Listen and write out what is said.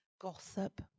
gossip